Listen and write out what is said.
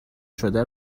شده